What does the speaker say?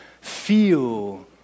feel